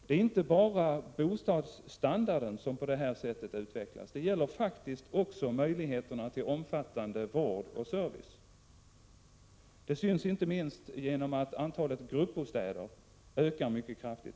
Det är inte bara bostadsstandarden som på detta sätt utvecklas. Det gäller också möjligheterna till omfattande vård och service. Det syns inte minst genom att antalet gruppbostäder ökar mycket kraftigt.